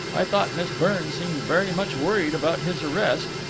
i thought miss byrne seemed very much worried about his arrest.